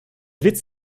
witz